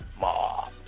Ma